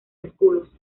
escudos